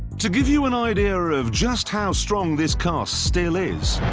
to give you an idea of just how strong this car still is.